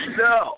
no